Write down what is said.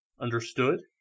Understood